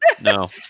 no